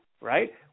right